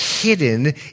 hidden